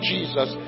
Jesus